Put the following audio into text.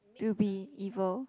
to be evil